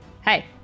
hey